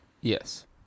Yes